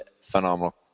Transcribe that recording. phenomenal